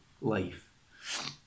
life